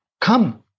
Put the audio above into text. come